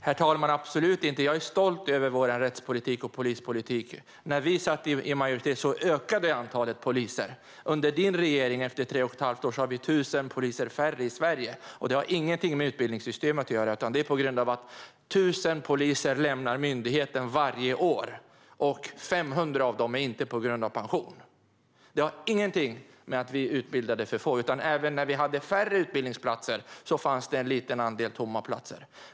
Herr talman! Absolut inte, jag är stolt över vår rättspolitik och vår polispolitik. När vi satt i majoritet ökade antalet poliser. Efter tre och ett halvt år av din regeringsperiod, Morgan Johansson, har vi 1 000 färre poliser i Sverige, och det har ingenting med utbildningssystemet att göra, utan det är på grund av att 1 000 poliser lämnar myndigheten varje år, och 500 av dem går inte på grund av pension. Detta har inget att göra med att vi utbildade för få. Även när vi hade färre utbildningsplatser fanns det en liten andel tomma platser.